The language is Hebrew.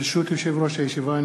ברשות יושב-ראש הישיבה,